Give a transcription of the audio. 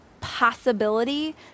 possibility